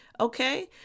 okay